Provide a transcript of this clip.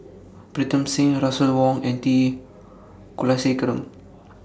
Pritam Singh Russel Wong and T Kulasekaram